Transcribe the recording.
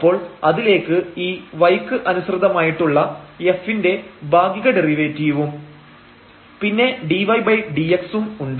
അപ്പോൾ അതിലേക്ക് ഈ y ക്ക് അനുസൃതമായിട്ടുള്ള f ന്റെ ഭാഗിക ഡെറിവേറ്റീവും പിന്നെ dydx ഉം ഉണ്ട്